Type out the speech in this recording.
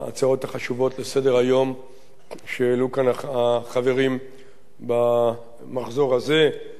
לסדר-היום שהעלו כאן החברים במחזור הזה של הצעות לסדר-היום.